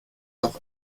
doch